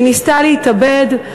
היא ניסתה להתאבד,